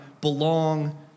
belong